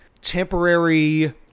temporary